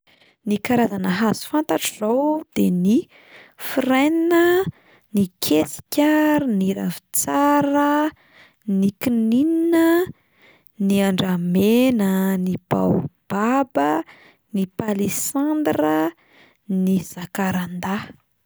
Ny karazana hazo fantatro zao de ny: frêne a, ny kesika, ny ravintsara, ny kininina, ny andramena, ny baobab a, ny palissandre a, ny zakarandaha.